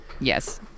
Yes